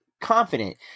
confident